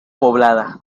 poblada